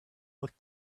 looked